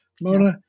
Mona